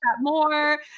more